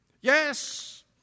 Yes